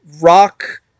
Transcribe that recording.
rock